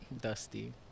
Dusty